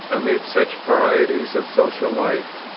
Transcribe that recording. amid such varieties of social life,